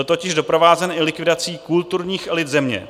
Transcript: Byl totiž doprovázen i likvidací kulturních elit země.